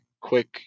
quick